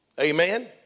Amen